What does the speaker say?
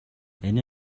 энэ